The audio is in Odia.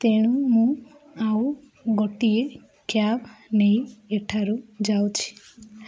ତେଣୁ ମୁଁ ଆଉ ଗୋଟିଏ କ୍ୟାବ୍ ନେଇ ଏଠାରୁ ଯାଉଛି